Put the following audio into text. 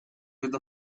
with